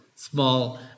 small